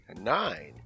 nine